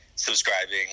subscribing